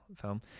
film